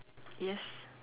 yes